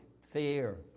fear